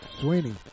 Sweeney